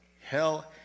Hell